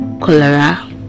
cholera